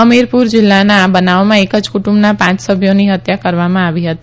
હમીર પુર જીલ્લાના આ બનાવમાં એક જ કુટુંબના પાંચ સભ્યોની હત્યા કરવામાં આવી હતી